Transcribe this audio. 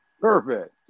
Perfect